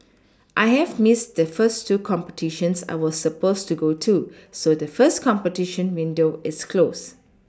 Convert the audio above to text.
I have Missed the first two competitions I was supposed to go to so the first competition window is closed